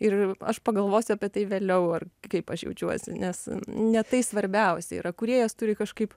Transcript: ir aš pagalvosiu apie tai vėliau ar kaip aš jaučiuosi nes ne tai svarbiausia yra kūrėjas turi kažkaip